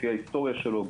לפי ההיסטוריה שלו,